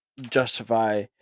justify